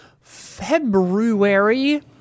february